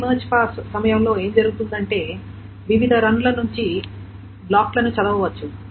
ప్రతి merge pass సమయంలో ఏమి జరుగుతుందంటే వివిధ రన్ ల నుండి బ్లాక్లను చదవవచ్చు